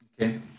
Okay